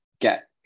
get